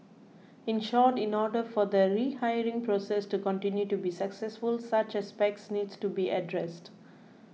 in short in order for the rehiring process to continue to be successful such aspects needs to be addressed